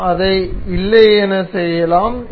நாம் அதை இல்லையென செய்யலாம்